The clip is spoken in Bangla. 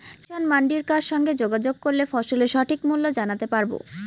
কিষান মান্ডির কার সঙ্গে যোগাযোগ করলে ফসলের সঠিক মূল্য জানতে পারবো?